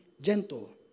gentle